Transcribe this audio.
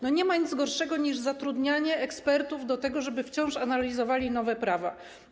Nie ma nic gorszego niż zatrudnianie ekspertów do tego, żeby wciąż analizowali nowe prawa.